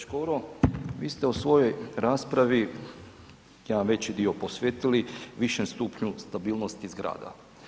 Kolega Škoro vi ste u svojoj raspravi jedan veći dio posvetili višem stupnju stabilnosti zgrada.